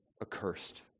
accursed